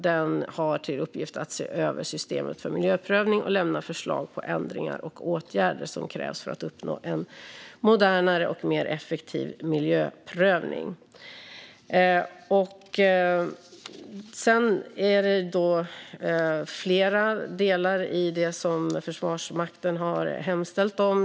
Den har till uppgift att se över systemet för miljöprövning och lämna förslag på ändringar och åtgärder som krävs för att uppnå en modernare och mer effektiv miljöprövning. Det finns flera delar i det som Försvarsmakten har hemställt om.